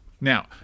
Now